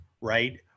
right